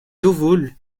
sowohl